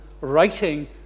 writing